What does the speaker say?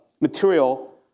material